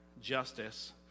justice